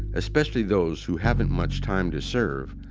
especially those who haven't much time to serve,